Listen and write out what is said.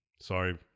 sorry